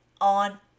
on